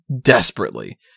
Desperately